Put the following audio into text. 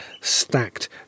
stacked